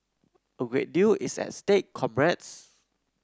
a great deal is at stake comrades